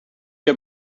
heb